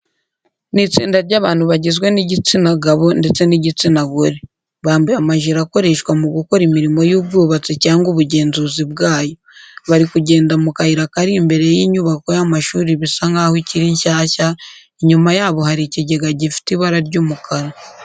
Ni itsinda ry'abantu bagizwe n'igitsina gabo ndetse n'igitsina gore. Bambaye amajire akoreshwa mu gukora imirimo y'ubwubatsi cyangwa ubugenzuzi bwayo. Bari kugenda mu kayira kari imbere y'inyubako y'amashuri bisa nkaho ikiri nshyashya, inyuma yabo hari ikigega gifite ibara ry'umukara.